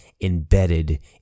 embedded